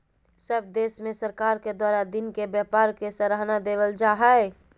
सब देश में सरकार के द्वारा दिन के व्यापार के सराहना देवल जा हइ